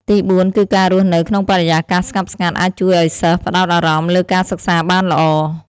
ទី៤ គឺការរស់នៅក្នុងបរិយាកាសស្ងប់ស្ងាត់អាចជួយឲ្យសិស្សផ្ដោតអារម្មណ៍លើការសិក្សាបានល្អ។